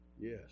Yes